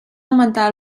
augmentar